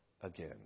again